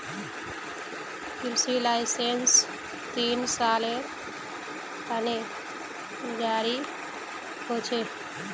कृषि लाइसेंस तीन सालेर त न जारी ह छेक